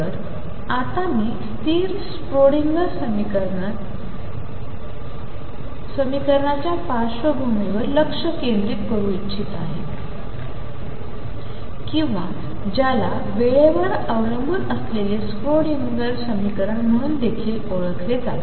तर आता मी स्थिर स्थिति स्क्रोडिंगर समीकरण या पार्श्वभूमी वर लक्ष केंद्रित करू इच्छित आहे किंवा ज्याला वेळेवर अवलंबून असलेले स्क्रिडिंगर समीकरण म्हणून देखील ओळखले जाते